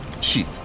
Sheet